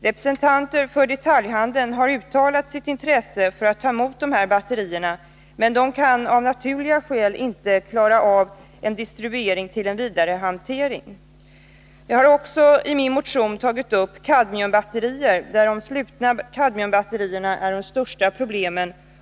Representanter för detaljhandeln har uttalat sitt intresse av att ta emot de här batterierna, men där kan man av naturliga skäl inte klara av en distribuering till vidarehantering. Jag har också i min motion tagit upp kadmiumbatterier, där de slutna kadmiumbatterierna är de största problemen.